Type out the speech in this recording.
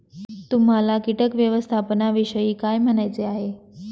तुम्हाला किटक व्यवस्थापनाविषयी काय म्हणायचे आहे?